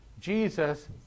Jesus